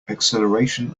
acceleration